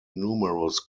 numerous